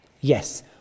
Yes